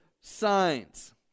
signs